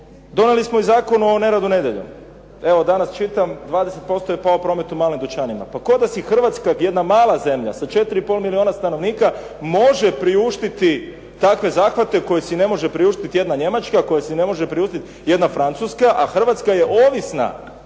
donijeli smo i Zakon o neradu nedjeljom. Evo danas čitam 20% je pao promet u malim dućanima. Pa kao da si Hrvatska jedna mala zemlja sa 4,5 milijuna stanovnika može priuštiti takve zahvate koje si ne može priuštiti jedna Njemačka, koje si ne može priuštiti jedna Francuska a Hrvatska je ovisna